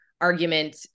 argument